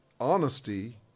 honesty